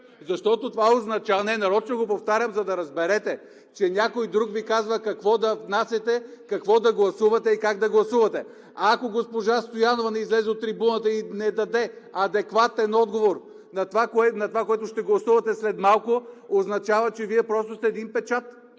от ГЕРБ.) Не, нарочно го повтарям, за да разберете, че някой друг Ви казва какво да внасяте, какво да гласувате и как да гласувате. Ако госпожа Стоянова не излезе на трибуната и не даде адекватен отговор на това, което ще гласувате след малко, означава, че Вие просто сте един печат,